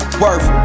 worth